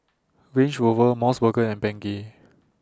Range Rover Mos Burger and Bengay